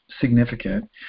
significant